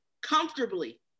comfortably